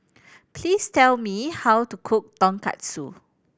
please tell me how to cook Tonkatsu